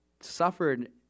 suffered